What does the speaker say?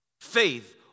Faith